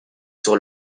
sur